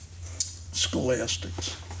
scholastics